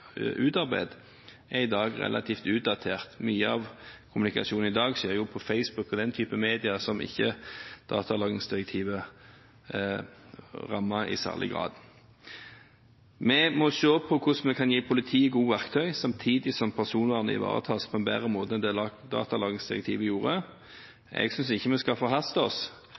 utarbeidet, er i dag relativt utdatert. Mye av kommunikasjonen i dag skjer på Facebook og den typen medier, som datalagringsdirektivet ikke rammet i særlig grad. Vi må se på hvordan vi kan gi politiet gode verktøy, samtidig som personvernet ivaretas på en bedre måte enn datalagringsdirektivet gjorde. Jeg synes ikke vi skal forhaste oss.